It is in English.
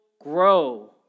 grow